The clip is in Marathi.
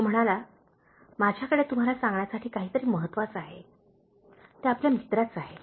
तो म्हणाला माझ्याकडे तुम्हाला सांगण्यासाठी काहीतरी महत्त्वाचे आहे ते आपल्या मित्राचे आहे